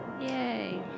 Yay